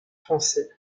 français